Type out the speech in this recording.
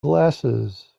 glasses